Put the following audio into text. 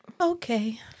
Okay